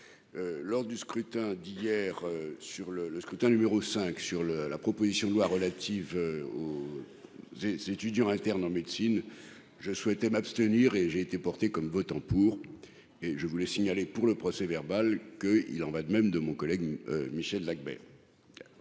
lors du scrutin d'hier sur le le scrutin numéro 5 sur le la proposition de loi relative aux étudiants internes en médecine, je souhaitais m'abstenir et j'ai été porté comme votant pour et je voulais signaler pour le procès verbal que il en va de même de mon collègue Michel Dagbert.